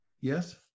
yes